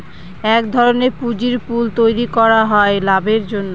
এক ধরনের পুঁজির পুল তৈরী করা হয় লাভের জন্য